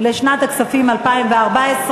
לשנת הכספים 2014,